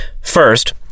First